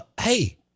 Hey